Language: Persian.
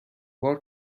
بار